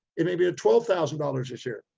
it made me twelve thousand dollars this year,